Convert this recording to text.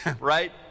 right